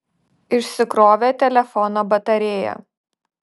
išsikrovė telefono batarėja